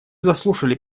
заслушали